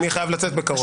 אני חייב לצאת בקרוב.